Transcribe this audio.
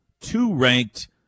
two-ranked